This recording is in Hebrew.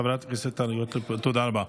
חברת הכנסת טלי גוטליב, תודה רבה.